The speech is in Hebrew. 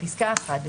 בפסקה 1,